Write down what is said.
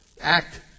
act